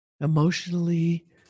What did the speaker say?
Emotionally